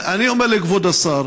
אני אומר לכבוד השר